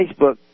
Facebook